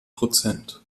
prozent